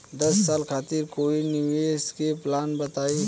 दस साल खातिर कोई निवेश के प्लान बताई?